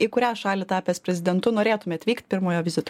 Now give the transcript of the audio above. į kurią šalį tapęs prezidentu norėtumėt vykt pirmojo vizito